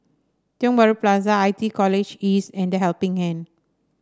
Tiong Bahru Plaza I T College East and The Helping Hand